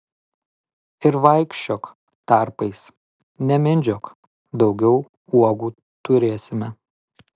ir vaikščiok tarpais nemindžiok daugiau uogų turėsime